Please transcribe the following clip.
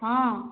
ହଁ